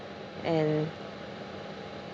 and